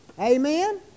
Amen